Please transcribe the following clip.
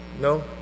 No